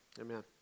Amen